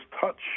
touch